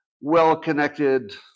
well-connected